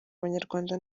abanyarwanda